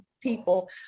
people